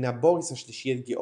מינה בוריס השלישי את גאורגי